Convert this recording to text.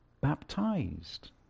baptized